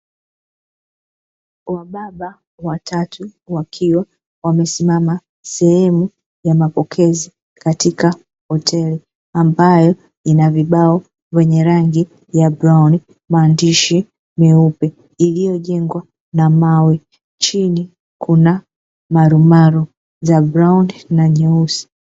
Wababa watatu wakiwa wamesimama sehemu ya mapokezi katika hoteli, ambayo ina vibao vyenye rangi ya brauni, maandishi meupe. Iliyojengwa na mawe chini kuna marumaru za brauni na nyeusi.